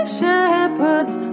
shepherds